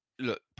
Look